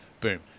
boom